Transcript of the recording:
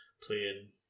playing